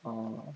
orh